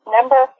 Number